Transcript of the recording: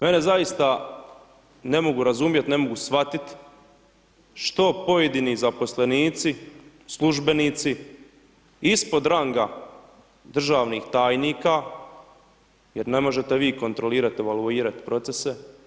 Mene zaista, ne mogu razumjet, ne mogu shvatit, što pojedini zaposlenici, službenici ispod ranga državnih tajnika jer ne možete vi kontrolirati, evaluirati procese.